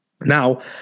Now